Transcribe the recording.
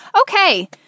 Okay